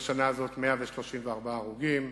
היו בשנה הזאת 134 הרוגים,